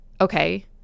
okay